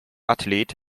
athlet